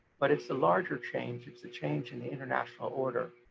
but it's the larger change, it's the change in the international order.